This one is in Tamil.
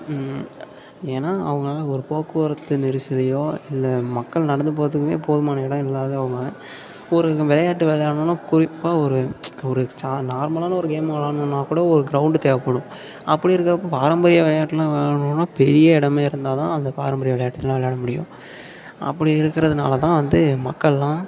ஏனால் அவங்களால ஒரு போக்குவரத்து நெரிசலையோ இல்லை மக்கள் நடந்துப் போகிறதுக்குமே போதுமான இடம் இல்லாதவங்க ஒரு விளையாட்டு விளையாடணும்னா குறிப்பாக ஒரு ஒரு சா நார்மலான ஒரு கேம் விளாடணும்னா கூட ஒரு கிரவுண்டு தேவைப்படும் அப்படி இருக்கிறப்ப பாரம்பரிய விளையாட்லாம் விளையாட்ணும்னா பெரிய இடமே இருந்தால்தான் அந்த பாரம்பரிய விளையாட்டெலாம் விளையாட முடியும் அப்படி இருக்கிறதுனால தான் வந்து மக்களெலாம்